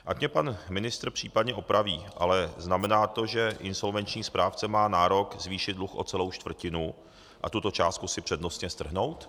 Ať mě pan ministr případně opraví, ale znamená to, že insolvenční správce má nárok zvýšit dluh o celou čtvrtinu a tuto částku si přednostně strhnout?